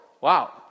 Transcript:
Wow